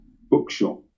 bookshop